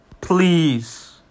Please